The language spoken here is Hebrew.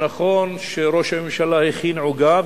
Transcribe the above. שנכון שראש הממשלה הכין עוגה,